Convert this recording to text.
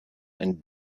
and